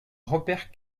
repère